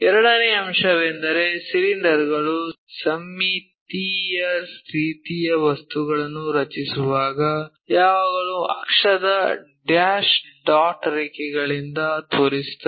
ಎರಡನೆಯ ಅಂಶವೆಂದರೆ ಸಿಲಿಂಡರ್ ಗಳು ಸಮ್ಮಿತೀಯ ರೀತಿಯ ವಸ್ತುಗಳನ್ನು ರಚಿಸುವಾಗ ಯಾವಾಗಲೂ ಅಕ್ಷದ ಡ್ಯಾಶ್ ಡಾಟ್ ರೇಖೆಗಳಿಂದ ತೋರಿಸುತ್ತದೆ